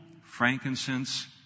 frankincense